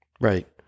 Right